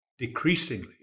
decreasingly